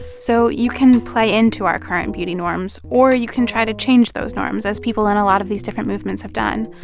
so you can play into our current beauty norms, or you can try to change those norms, as people in a lot of these different movements have done,